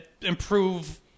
improve –